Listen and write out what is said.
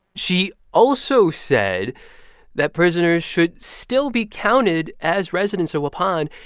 she also said that prisoners should still be counted as residents of waupun,